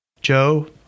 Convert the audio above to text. Joe